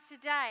today